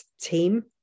team